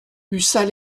ussat